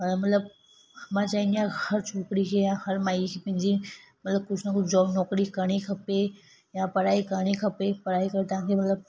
ऐं मतलबु मां चाहींदी आहे हर छोकिरी खे या हर माईअ खे पंहिंजी मतलबु कुझु न कुझु जॉब नौकिरी करिणी खपे या पढ़ाई करिणी खपे पढ़ाई कर तव्हांखे मतलबु